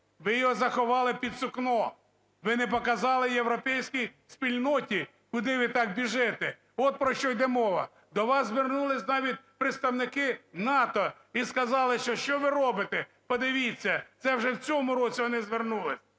Ви його заховали під сукно. Ви не показали європейській спільноті, куди ви так біжите. От про що йде мова. До вас звернулися навіть представники НАТО і сказали, що що ви робите, подивіться. Це вже в цьому році вони звернули,